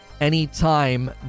Anytime